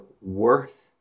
worth